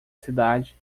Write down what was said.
cidade